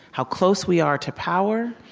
how close we are to power.